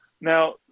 Now